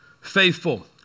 faithful